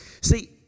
See